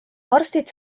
arstid